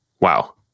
Wow